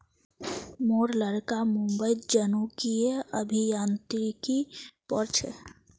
मोर लड़का मुंबईत जनुकीय अभियांत्रिकी पढ़ छ